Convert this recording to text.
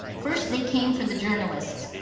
first they came for the journalists.